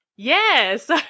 Yes